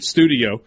Studio